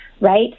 right